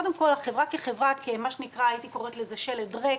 קודם כול, החברה כחברה הייתי קוראת לזה שלד ריק